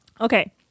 Okay